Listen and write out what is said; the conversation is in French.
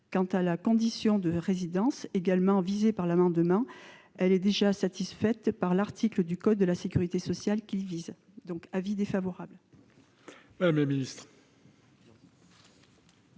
Quant à la condition de résidence, également visée par l'amendement, elle est déjà satisfaite par l'article du code de la sécurité sociale qu'il vise. L'avis de la commission